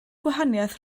gwahaniaeth